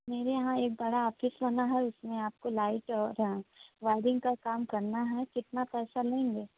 मेरे यहाँ एक बड़ा ऑफ़िस बना है उसमें आपको लाइट और हाँ वायरिन्ग का काम करना है कितना पैसा लेंगे